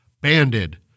Banded